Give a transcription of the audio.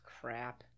crap